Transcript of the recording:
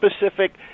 specific